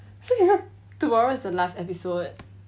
tomorrow's the last episode